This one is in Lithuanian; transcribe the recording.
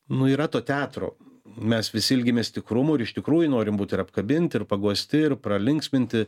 nu yra to teatro mes visi ilgimės tikrumo ir iš tikrųjų norim būt ir apkabinti ir paguosti ir pralinksminti